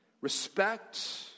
respect